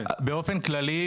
באופן כללי,